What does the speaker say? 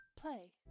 Play